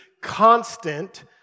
constant